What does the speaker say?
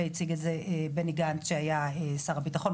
והציג את זה בני גנץ שהיה שר הביטחון,